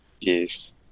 Yes